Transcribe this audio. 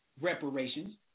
reparations